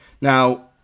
now